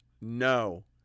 No